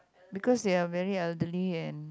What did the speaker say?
because they are very elderly and